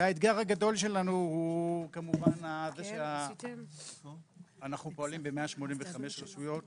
האתגר הגדול שלנו הוא כמובן זה שאנחנו פועלים ב-185 רשויות.